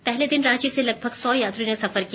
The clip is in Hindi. पहले दिन रांची से लगभग सौ यात्रियों ने सफर किया